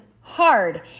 hard